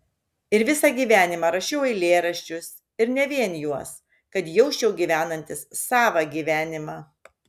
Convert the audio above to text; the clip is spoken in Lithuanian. ir visą gyvenimą rašiau eilėraščius ir ne vien juos kad jausčiau gyvenantis savą gyvenimą